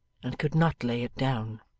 and could not lay it down.